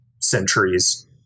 centuries